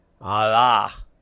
Allah